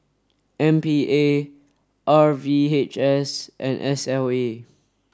M P A R V H S and S L A